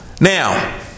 Now